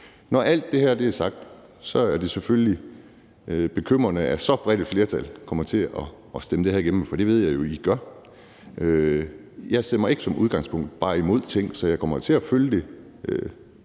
Når alt det her er sagt, vil jeg sige, at det selvfølgelig er bekymrende, at så bredt et flertal kommer til at stemme det her igennem, for det ved jeg jo I gør. Jeg stemmer ikke som udgangspunkt bare imod ting, så jeg kommer til at følge det